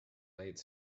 late